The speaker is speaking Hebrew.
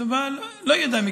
הצבא לא ידע מכך.